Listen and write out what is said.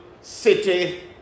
city